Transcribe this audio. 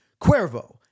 Cuervo